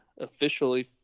officially